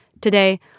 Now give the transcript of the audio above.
Today